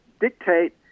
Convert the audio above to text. dictate